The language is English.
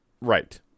Right